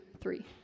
three